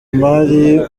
imari